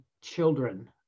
children